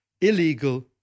illegal